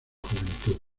juventud